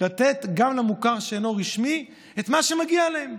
לתת גם למוכר שאינו רשמי את מה שמגיע להם.